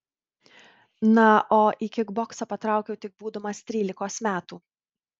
na o į kikboksą patraukiau tik būdamas trylikos metų